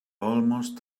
almost